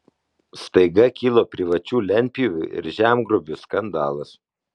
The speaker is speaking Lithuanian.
staiga kilo privačių lentpjūvių ir žemgrobių skandalas